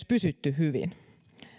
pysytty hyvin